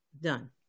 Done